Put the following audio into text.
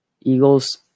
Eagles